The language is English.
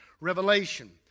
Revelation